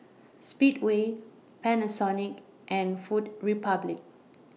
Speedway Panasonic and Food Republic